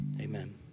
Amen